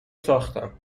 ساختم